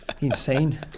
Insane